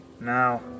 Now